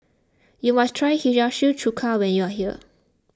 you must try Hiyashi Chuka when you are here